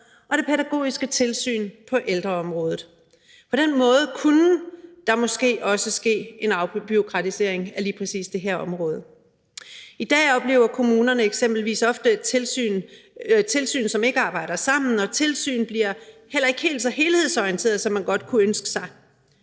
og det pædagogiske tilsyn på ældreområdet. På den måde kunne der måske også ske en afbureaukratisering af lige præcis det her område. I dag oplever kommunerne eksempelvis ofte tilsyn, som ikke arbejder sammen, og tilsyn bliver heller ikke helt så helhedsorienteret, som man godt kunne ønske sig,